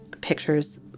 pictures